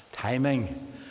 timing